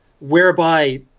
whereby